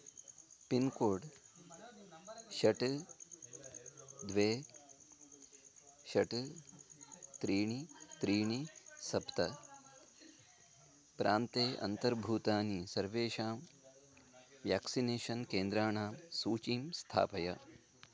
pincode षट् द्वे षट् त्रीणि त्रीणि सप्त प्रान्ते अन्तर्भूतानि सर्वेषां व्याक्सिनेषन् केन्द्राणां सूचीं स्थापय